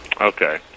Okay